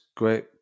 great